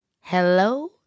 Hello